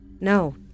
No